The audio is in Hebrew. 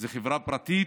זאת חברה פרטית,